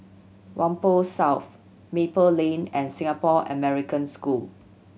Whampoa South Maple Lane and Singapore American School